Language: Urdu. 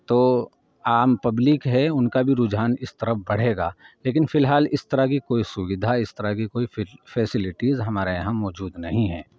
تو عام پبلک ہے ان کا بھی رجحان اس طرف بڑھے گا لیکن فی الحال اس طرح کی کوئی سویدھا اس طرح کی کوئی فیسلٹیز ہمارے یہاں موجود نہیں ہے